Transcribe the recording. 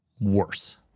worse